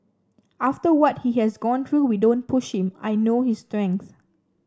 after what he has gone through we don't push him I know his strength